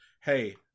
hey